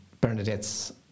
Bernadette's